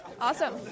Awesome